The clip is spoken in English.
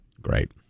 Great